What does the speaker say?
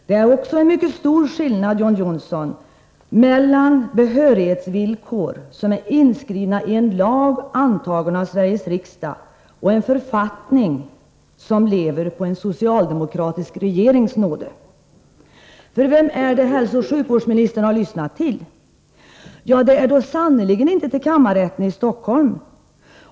Det är också mycket stor skillnad, John Johnsson, mellan behörighetsvillkor som är inskrivna i en av Sveriges riksdag antagen lag och en författning som är beroende av en socialdemokratisk regerings nåde. Vem är det som hälsooch sjukvårdsministern har lyssnat till? Jo, det är sannerligen inte till kammarrätten i Stockholm.